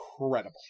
incredible